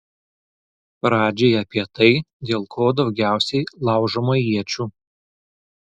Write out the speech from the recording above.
pradžiai apie tai dėl ko daugiausiai laužoma iečių